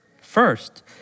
first